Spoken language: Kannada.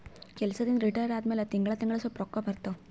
ಕೆಲ್ಸದಿಂದ್ ರಿಟೈರ್ ಆದಮ್ಯಾಲ ತಿಂಗಳಾ ತಿಂಗಳಾ ಸ್ವಲ್ಪ ರೊಕ್ಕಾ ಬರ್ತಾವ